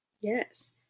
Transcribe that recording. Yes